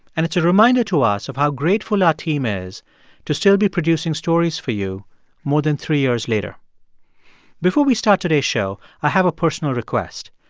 and it's a reminder to us of how grateful our team is to still be producing stories for you more than three years later before we start today's show, i have a personal request.